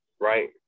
right